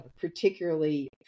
particularly